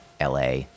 la